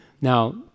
Now